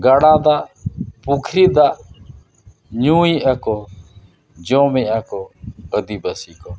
ᱜᱟᱰᱟ ᱫᱟᱜ ᱯᱩᱠᱷᱨᱤ ᱫᱟᱜ ᱧᱩᱭᱮᱜᱼᱟ ᱠᱚ ᱡᱚᱢᱮᱜᱼᱟ ᱠᱚ ᱟᱹᱫᱤᱵᱟᱥᱤ ᱠᱚ